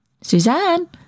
Suzanne